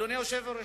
אדוני היושב-ראש,